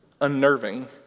unnerving